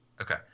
Okay